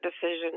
decision